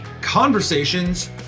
Conversations